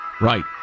Right